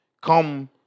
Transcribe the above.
come